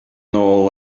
nôl